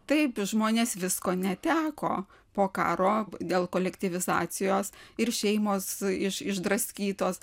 taip žmonės visko neteko po karo dėl kolektyvizacijos ir šeimos išdraskytos